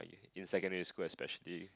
in secondary school especially